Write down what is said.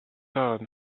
town